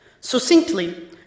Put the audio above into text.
Succinctly